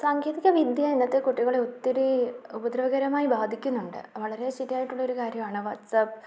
സാങ്കേതികവിദ്യ ഇന്നത്തെ കുട്ടികളെ ഒത്തിരി ഉപദ്രവകരമായി ബാധിക്കുന്നുണ്ട് വളരെ ശരിയായിട്ടുള്ളൊരു കാര്യമാണ് വാട്സാപ്പ്